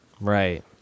Right